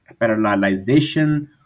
parallelization